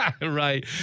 Right